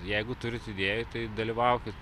jeigu turit idėjų tai dalyvaukit